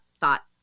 thought